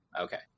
Okay